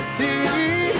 tea